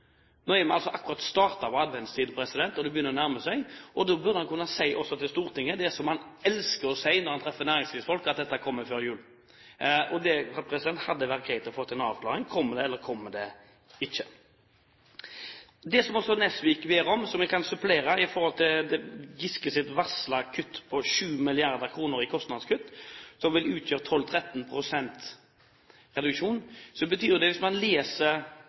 Nå har vi altså akkurat startet adventstiden, og det begynner å nærme seg. Da burde han kunne si også til Stortinget det som han elsker å si når han treffer næringslivsfolk, at dette kommer før jul. Det hadde vært greit å få en avklaring: Kommer det, eller kommer det ikke? Det som også Nesvik ber om svar på, som jeg kan supplere, er om Giskes varslede kutt på 7 mrd. kr vil utgjøre 12–13 pst. reduksjon. Hvis man leser brevene fra departementet til Stortinget, vil man, når man